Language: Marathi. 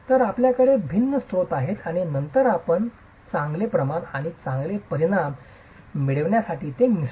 तर आपल्याकडे भिन्न स्त्रोत आहेत आणि नंतर आपण चांगले प्रमाण आणि चांगले परिणाम मिळविण्यासाठी ते मिसळा